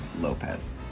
Lopez